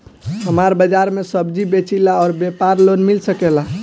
हमर बाजार मे सब्जी बेचिला और व्यापार लोन मिल सकेला?